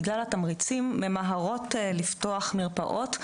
בגלל התמריצים ממהרות לפתוח מרפאות,